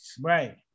Right